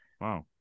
wow